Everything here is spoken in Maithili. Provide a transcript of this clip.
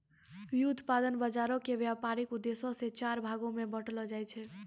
व्युत्पादन बजारो के व्यपारिक उद्देश्यो से चार भागो मे बांटलो जाय छै